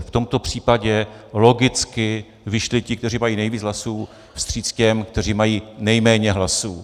V tomto případě logicky vyšli ti, kteří mají nejvíc hlasů, vstříc těm, kteří mají nejméně hlasů.